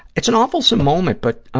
it's an awfulsome moment but